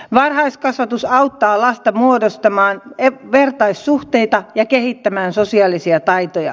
varhaiskasvatus auttaa lasta muodostamaan vertaissuhteita ja kehittämään sosiaalisia taitoja